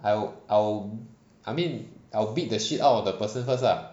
I'll I'll I mean I'll beat the shit out of the person first lah